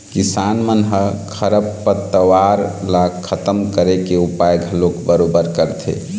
किसान मन ह खरपतवार ल खतम करे के उपाय घलोक बरोबर करथे